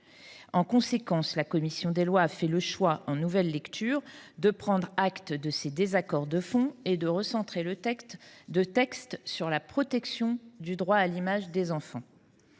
En conséquence, la commission des lois a fait le choix, en nouvelle lecture, de prendre acte de ces désaccords de fond et de recentrer le texte sur la protection du droit à l’image des enfants.